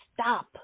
stop